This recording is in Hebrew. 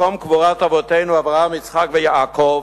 מקום קבורת אבותינו אברהם יצחק ויעקב,